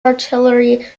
artillery